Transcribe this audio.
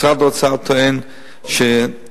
משרד האוצר טוען שהאשפוזים